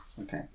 Okay